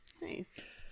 Nice